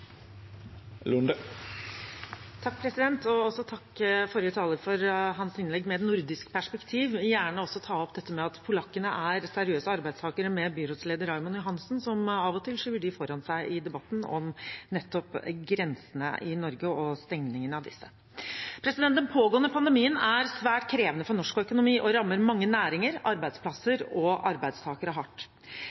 for hans innlegg med et nordisk perspektiv. Han må gjerne også ta opp at polakkene er seriøse arbeidstakere med byrådsleder Raymond Johansen, som av og til skyver dem foran seg i debatten om nettopp grensene i Norge og stengningen av disse. Den pågående pandemien er svært krevende for norsk økonomi og rammer mange næringer, arbeidsplasser og arbeidstakere hardt.